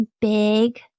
big